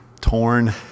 Torn